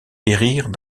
périrent